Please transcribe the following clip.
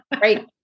right